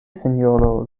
sinjoro